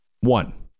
One